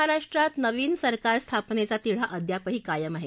महाराष्ट्रात नवीन सरकार स्थापनेचा तिढा अद्यापही कायम आहे